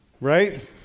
Right